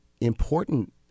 important